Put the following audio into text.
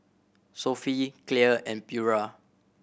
Sofy Clear and Pura